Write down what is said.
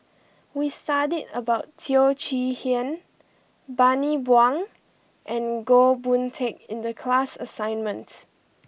we studied about Teo Chee Hean Bani Buang and Goh Boon Teck in the class assignment